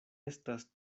estas